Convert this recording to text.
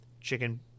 chicken